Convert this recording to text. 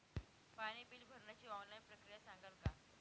पाणी बिल भरण्याची ऑनलाईन प्रक्रिया सांगाल का?